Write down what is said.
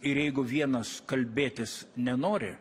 ir jeigu vienas kalbėtis nenori